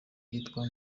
yitwa